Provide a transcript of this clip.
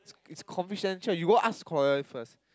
it's confidential you go ask Claudia first